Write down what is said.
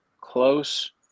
close